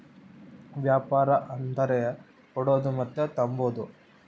ವ್ಯಾಪಾರ ಅಂದರ ಕೊಡೋದು ಮತ್ತೆ ತಾಂಬದು